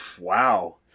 Wow